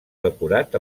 decorat